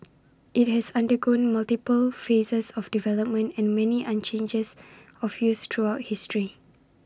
IT has undergone multiple phases of development and many an changes of use throughout history